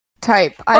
type